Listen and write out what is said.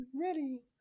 Ready